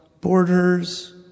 borders